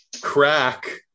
Crack